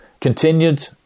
continued